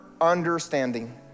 understanding